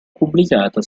pubblicata